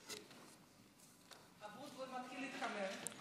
אבוטבול מתחיל להתחמם.